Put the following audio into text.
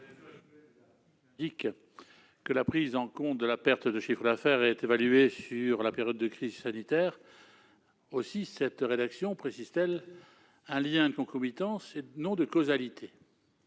que la prise en compte de la perte de chiffre d'affaires est évaluée sur la période de crise sanitaire, ce qui constitue un lien de concomitance, non de causalité.